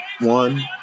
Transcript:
one